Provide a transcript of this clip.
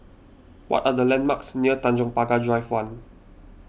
what are the landmarks near Tanjong Pagar Drive one